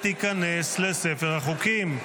ותיכנס לספר החוקים.